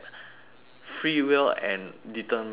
free will and determinism